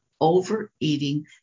overeating